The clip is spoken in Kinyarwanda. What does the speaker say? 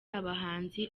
abahanzi